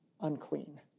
unclean